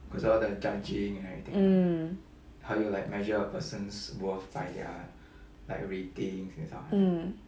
mm mm